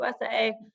USA